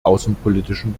außenpolitischen